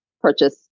purchase